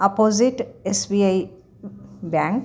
opposite SBI bank